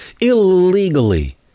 Illegally